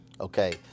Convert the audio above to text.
Okay